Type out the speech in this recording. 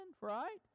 right